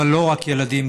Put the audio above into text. אבל לא רק ילדים,